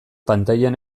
pantailan